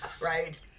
Right